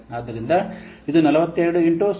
ಆದ್ದರಿಂದ ಇದು 42 ಇಂಟು 0